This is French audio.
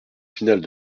finales